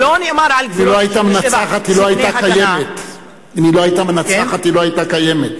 זה לא נאמר על גבולות 67' אם לא היתה מנצחת היא לא היתה קיימת.